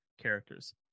characters